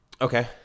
Okay